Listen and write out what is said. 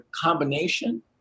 combination